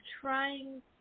trying